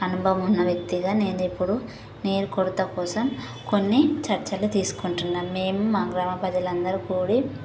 అనుభవం ఉన్న వ్యక్తిగా నేను ఇప్పుడు నీరు కొరత కోసం కొన్ని చర్చలు తీసుకుంటున్నాను మేము మా గ్రామ ప్రజలందరూ కూడి